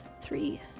Three